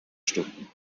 stunden